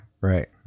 Right